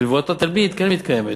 ונבואת התלמיד כן מתקיימת?